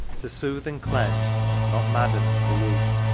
to soothe and cleanse, not madden and pollute!